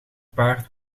paard